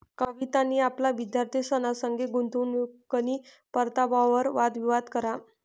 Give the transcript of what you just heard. कवितानी आपला विद्यार्थ्यंसना संगे गुंतवणूकनी परतावावर वाद विवाद करा